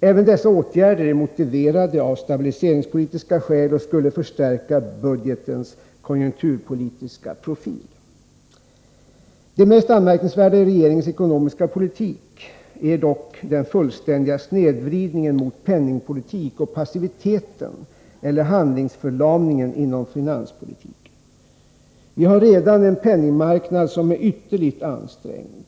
Även dessa åtgärder är motiverade av stabiliseringspolitiska skäl och skulle förstärka budgetens konjunkturpolitiska profil. Det mest anmärkningsvärda i regeringens ekonomiska politik är dock den fullständiga snedvridningen mot penningpolitik och passiviteten eller handlingsförlamningen inom finanspolitiken. Vi har redan en penningmarknad som är ytterligt ansträngd.